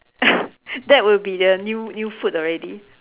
that will be the new new food already